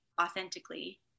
authentically